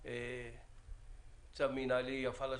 של צו מינהלי.